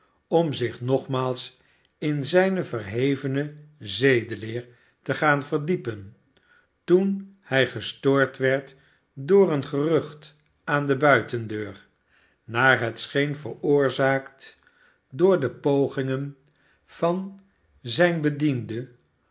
om zich nogmaals in zijne verhevene zedeleer te gaan verdiepen toen hij gestoord werd door een gerucht aan de buitendeur naar het scheen veroorzaakt door de pogingen van hugh brengt